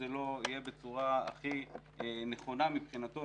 בצורה הכי נכונה מבחינתו,